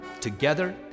Together